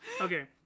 Okay